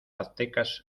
aztecas